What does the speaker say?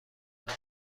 بزنه